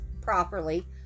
Properly